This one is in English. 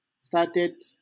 started